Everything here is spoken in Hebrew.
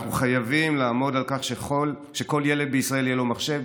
אנחנו חייבים לעמוד על כך שלכל ילד בישראל יהיה מחשב,